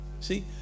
See